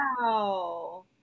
Wow